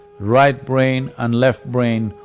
right brain and left brain,